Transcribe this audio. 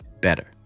better